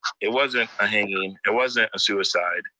it wasn't a hanging, it wasn't a suicide.